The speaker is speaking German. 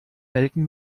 melken